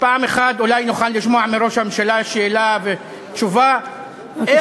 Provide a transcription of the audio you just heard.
פעם אחת אולי נוכל לשמוע מראש הממשלה תשובה על השאלה,